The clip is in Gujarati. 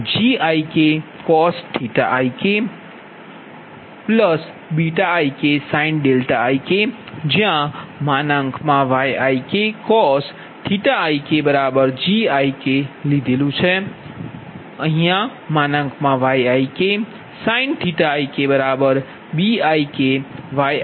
જ્યાંYikcos ik Gik Yiksin ik Bik YikGikjBik